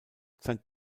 sein